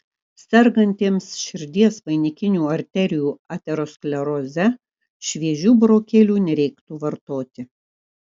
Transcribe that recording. sergantiems širdies vainikinių arterijų ateroskleroze šviežių burokėlių nereiktų vartoti